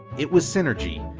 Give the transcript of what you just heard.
it was synergy,